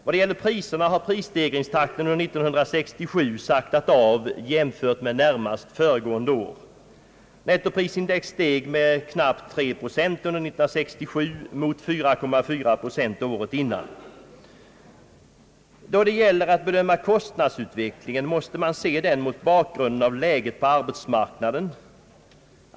Vad det gäller priserna har prisstegringstakten under år 1967 saktat av jämfört med närmast föregående år. Nettoprisindex steg med knappt 3 procent under 1967 mot 4,4 procent året innan. Då det gäller att bedöma kostnadsutvecklingen måste man se den mot bakgrunden av läget på arbetsmarknaden.